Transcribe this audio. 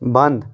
بنٛد